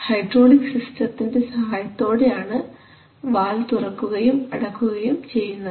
hydraulic സിസ്റ്റത്തിൻറെ സഹായത്തോടെ ആണ് വാൽവ് തുറക്കുകയും അടക്കുകയും ചെയ്യുന്നത്